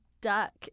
duck